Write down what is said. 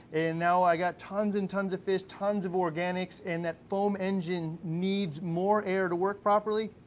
and now i got tons and tons of fish, tons of organics, and that foam engine needs more air to work properly,